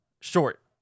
Short